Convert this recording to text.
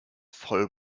voll